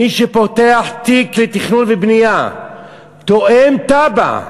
מי שפותח תיק לתכנון ובנייה תואם תב"ע,